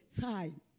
Time